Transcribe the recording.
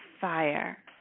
fire